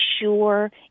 sure